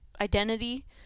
identity